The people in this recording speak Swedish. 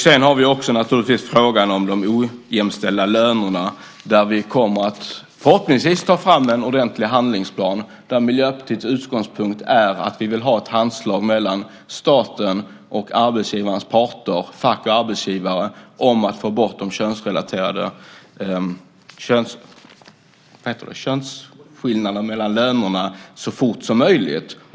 Sedan har vi naturligtvis också frågan om de ojämställda lönerna, där vi förhoppningsvis kommer att ta fram en ordentlig handlingsplan. Miljöpartiets utgångspunkt är att vi vill se ett handslag mellan staten och arbetsmarknadens parter, fack och arbetsgivare, om att ta bort de könsrelaterade skillnaderna mellan lönerna så fort som möjligt.